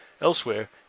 Elsewhere